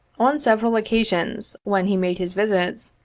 on several occasions when he made his visits,